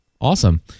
Awesome